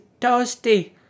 toasty